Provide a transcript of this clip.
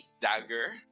dagger